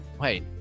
wait